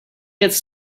gets